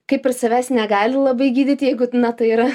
kaip ir savęs negali labai gydyti jeigu na tai yra